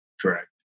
Correct